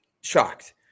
shocked